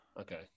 Okay